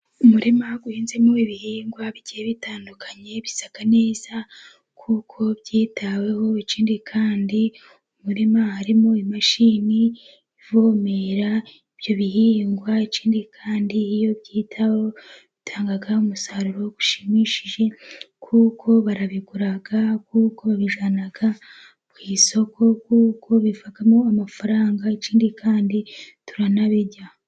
Umurima uhinzemo ibihingwa bigiye bitandukanye, bisa neza kuko byitaweho, ikindi kandi mu murima harimo imashini ivomera ibyo bihingwa, ikindi kandi iyo byitaweho bitanga umusaruro ushimishije kuko barabigura, kuko babijyana ku isoko kuko bivamo amafaranga ikindi kandi turabirya.